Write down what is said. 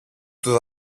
του